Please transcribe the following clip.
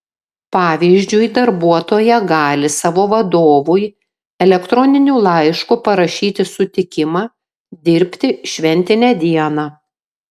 pavyzdžiui darbuotoja gali savo vadovui elektroniniu laišku parašyti sutikimą dirbti šventinę dieną